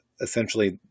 essentially